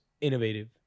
Innovative